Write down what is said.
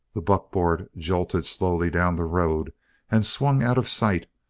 the buckboard jolted slowly down the road and swung out of sight,